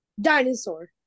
Dinosaur